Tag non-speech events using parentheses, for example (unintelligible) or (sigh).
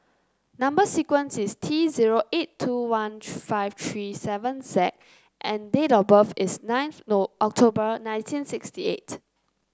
number sequence is T zero eight two one (unintelligible) five three seven Z and date of birth is ninth (unintelligible) October nineteen sixty nine